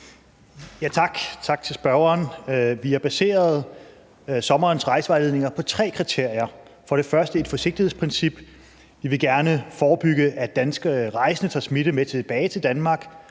tak til spørgeren. Vi har baseret sommerens rejsevejledninger på tre kriterier. For det første er der et forsigtighedsprincip: Vi vil gerne forebygge, at danske rejsende tager smitte med tilbage til Danmark.